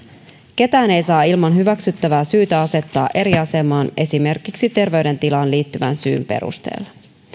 ketään ei saa ilman hyväksyttävää syytä asettaa eri asemaan esimerkiksi terveydentilaan liittyvän syyn perusteella